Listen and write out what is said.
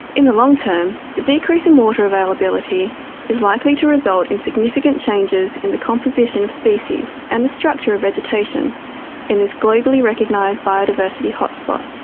in the long term the decreasing water availability is likely to result in significant changes in the composition of species and the structure of vegetation in this globally recognised biodiversity hotspot.